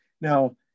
Now